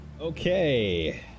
okay